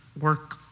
work